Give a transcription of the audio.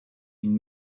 une